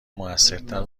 موثرتر